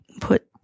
put